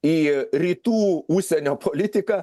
į rytų užsienio politiką